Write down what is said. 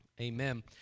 Amen